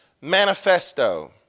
Manifesto